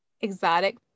exotic